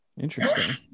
Interesting